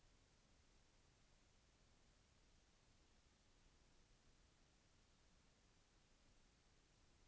నా బ్యాంక్ ఖాతా లో ఈ నెల ఎంత ఫించను వచ్చింది?